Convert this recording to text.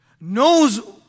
knows